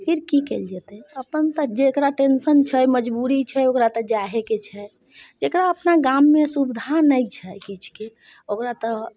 फिर की कयल जेतै अपन तऽ जे ओकरा टेंशन छै मजबूरी छै ओकरा तऽ जाहे के छै जेकरा अपना गाममे सुविधा नहि छै किछुके ओकरा तऽ